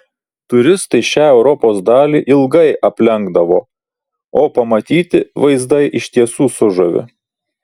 turistai šią europos dalį ilgai aplenkdavo o pamatyti vaizdai iš tiesų sužavi